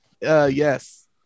Yes